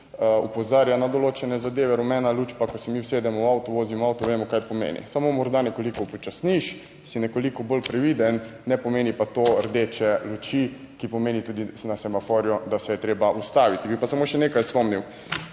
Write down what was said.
opozarja na določene zadeve, rumena luč pa, ko se mi usedemo v avto, vozimo avto, vemo, kaj pomeni, samo morda nekoliko upočasniš, si nekoliko bolj previden, ne pomeni pa to rdeče luči, ki pomeni tudi na semaforju, da se je treba ustaviti. Bi pa samo še nekaj spomnil,